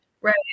Right